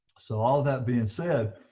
so all that being said.